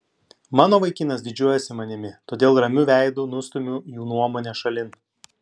mano vaikinas didžiuojasi manimi todėl ramiu veidu nustumiu jų nuomonę šalin